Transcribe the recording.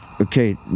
okay